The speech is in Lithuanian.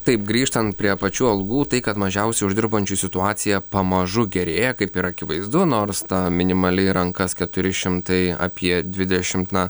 taip grįžtant prie pačių algų tai kad mažiausiai uždirbančių situacija pamažu gerėja kaip ir akivaizdu nors ta minimali į rankas keturi šimtai apie dvidešimt na